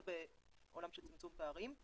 זה בעולם של צמצום פערים.